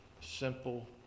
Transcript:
simple